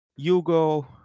Yugo